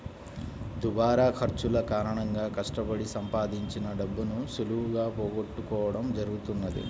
దుబారా ఖర్చుల కారణంగా కష్టపడి సంపాదించిన డబ్బును సులువుగా పోగొట్టుకోడం జరుగుతది